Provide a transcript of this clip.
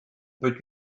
peut